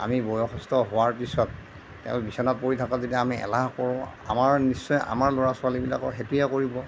আমি বয়সস্থ হোৱাৰ পিছত তেওঁ বিছনাত পৰি থকাত যেতিয়া আমি এলাহ কৰোঁ আমাৰ নিশ্চয় আমাৰ ল'ৰা ছোৱালীবিলাকৰ সেইটোৱে কৰিব